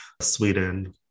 Sweden